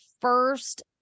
first